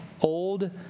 old